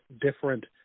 different